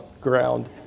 ground